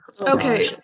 Okay